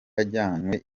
ajyanywe